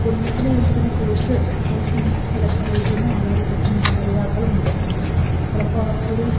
കുടുംബത്തിനുവേണ്ടി ത്തന്നെ കോഴ്സ് മാറ്റി സെലക്ട് ചെയ്തിരുന്ന മാതാപിതാക്കളുമുണ്ട് ചിലപ്പോള് അവർക്കൊരു